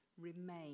Remain